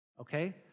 Okay